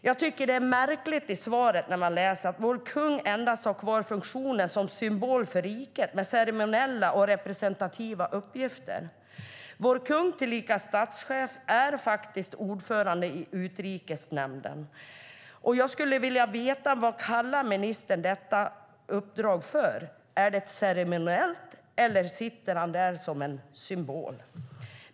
Jag tycker att det är märkligt när man i svaret kan läsa att vår kung endast har kvar funktionen som symbol för riket med ceremoniella och representativa uppgifter. Vår kung, tillika statschef, är ordförande i Utrikesnämnden. Jag skulle vilja veta vad ministern kallar detta uppdrag för. Är det ceremoniellt eller sitter han där som symbol?